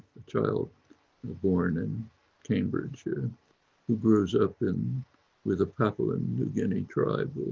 a child born in cambridge, who grows up in with a papua and new guinea tribe,